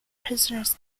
prisoners